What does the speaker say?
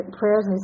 prayers